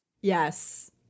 Yes